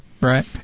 Right